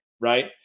right